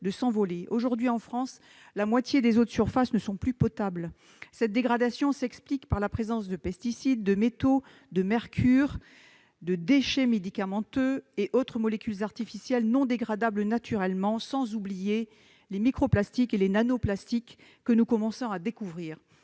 Aujourd'hui, en France, la moitié des eaux de surface ne sont plus potables. Cette dégradation s'explique par la présence de pesticides, de métaux, de mercure, de déchets médicamenteux et autres molécules artificielles non dégradables naturellement, sans oublier les micro-plastiques et les nano-plastiques, que nous commençons à découvrir.